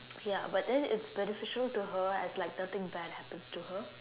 ya but then it's beneficial to her as like nothing bad happens to her